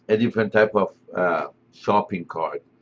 and different type of shopping cart.